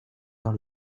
dans